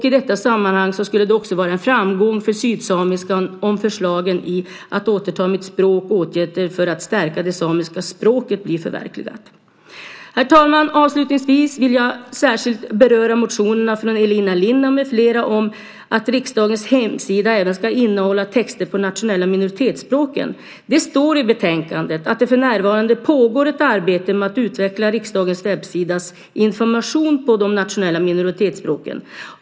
I detta sammanhang skulle det också vara en framgång för sydsamiskan om förslagen i Att återta mitt språk - åtgärder för att stärka det samiska språket blir förverkligade. Herr talman! Avslutningsvis vill jag särskilt beröra motionerna av Elina Linna med flera om att riksdagens hemsida ska innehålla texter även på de nationella minoritetsspråken. I betänkandet står att det för närvarande pågår ett arbete med att utveckla riksdagens webbsidas information på de nationella minoritetsspråken.